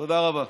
תודה רבה.